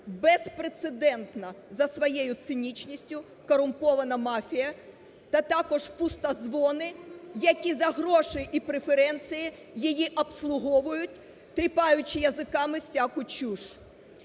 безпрецедентна за своєю цинічністю корумпована мафія та також пустодзвони, які за гроші і преференції її обслуговують, тріпаючи язиками всяку чуш.